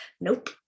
nope